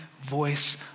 voice